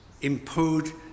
imposed